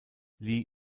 lee